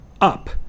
up